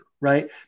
right